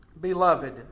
beloved